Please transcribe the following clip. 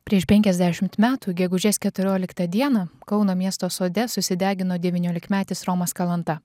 prieš penkiasdešimt metų gegužės keturioliktą dieną kauno miesto sode susidegino devyniolikmetis romas kalanta